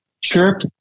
Chirp